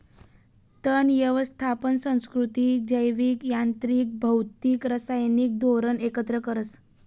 तण यवस्थापन सांस्कृतिक, जैविक, यांत्रिक, भौतिक, रासायनिक धोरण एकत्र करस